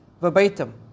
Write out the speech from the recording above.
verbatim